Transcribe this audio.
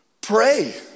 pray